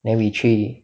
then we three